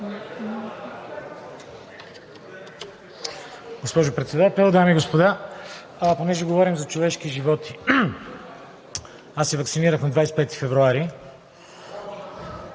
Госпожо Председател, дами и господа! Понеже говорим за човешки животи. Аз се ваксинирах на 25 февруари...